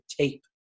tape